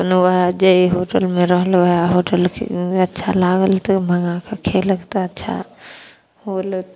अपन ओहे जे होटलमे रहल वएह होटल अच्छा लागल तऽ मँगाकऽ खएलक तऽ अच्छा होल